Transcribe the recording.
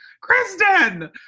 Kristen